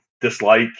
dislike